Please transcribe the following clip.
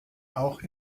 auch